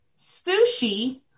sushi